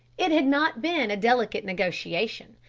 it had not been a delicate negotiation,